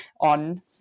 on